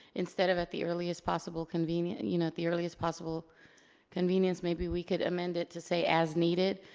instead of at the earliest possible convenience, you know at the earliest possible convenience, maybe we could amend it to say as needed.